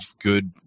good